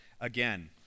again